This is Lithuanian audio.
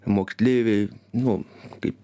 moksleiviai nu kai